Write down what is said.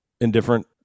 indifferent